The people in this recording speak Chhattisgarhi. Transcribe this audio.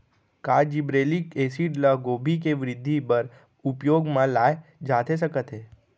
का जिब्रेल्लिक एसिड ल गोभी के वृद्धि बर उपयोग म लाये जाथे सकत हे?